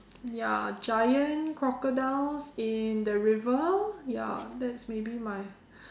ya giant crocodiles in the river ya that's maybe my